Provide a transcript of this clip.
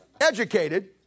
educated